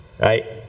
Right